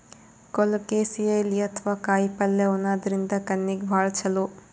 colocasia ಎಲಿ ಅಥವಾ ಕಾಯಿಪಲ್ಯ ಉಣಾದ್ರಿನ್ದ ಕಣ್ಣಿಗ್ ಭಾಳ್ ಛಲೋ